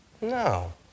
No